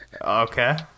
Okay